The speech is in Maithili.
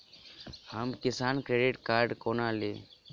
हम किसान क्रेडिट कार्ड कोना ली?